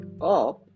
up